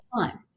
time